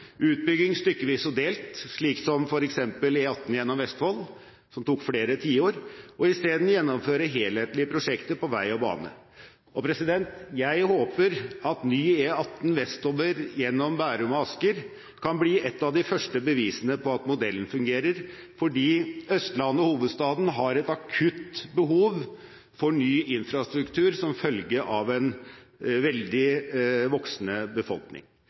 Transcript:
utbygging stykkevis og delt, som f.eks. E18 gjennom Vestfold som tok flere tiår, og i stedet gjennomføre helhetlige prosjekter på vei og bane. Jeg håper at ny E18 vestover gjennom Bærum og Asker kan bli et av de første bevisene på at modellen fungerer, fordi Østlandet og hovedstaden har et akutt behov for ny infrastruktur som følge av en voksende befolkning.